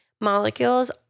molecules